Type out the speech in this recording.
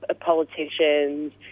politicians